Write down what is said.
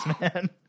man